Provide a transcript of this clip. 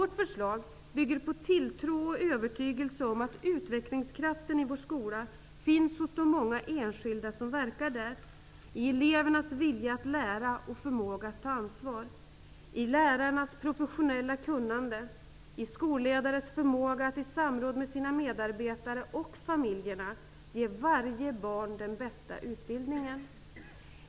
Vårt förslag bygger på tilltro och övertygelse om att utvecklingskraften i vår skola finns hos de många enskilda som verkar där -- i elevernas vilja att lära och förmåga att ta ansvar, i lärarnas professionella kunnande, i skolledares förmåga att i samråd med sina medarbetare och familjerna ge varje barn den bästa utbildningen.